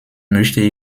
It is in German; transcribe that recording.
möchte